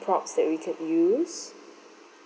props that we can use